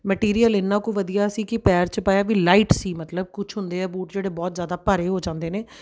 material ਇੰਨਾ ਕੁ ਵਧੀਆ ਸੀ ਕਿ ਪੈਰ 'ਚ ਪਾਇਆ ਵੀ ਲਾਈਟ ਸੀ ਮਤਲਬ ਕੁਛ ਹੁੰਦੇ ਆ ਬੂਟ ਜਿਹੜੇ ਬਹੁਤ ਜ਼ਿਆਦਾ ਭਾਰੇ ਹੋ ਜਾਂਦੇ ਨੇ